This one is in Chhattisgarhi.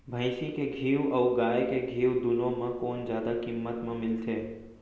भैंसी के घीव अऊ गाय के घीव दूनो म कोन जादा किम्मत म मिलथे?